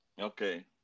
Okay